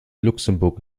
luxemburg